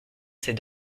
ses